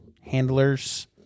handlers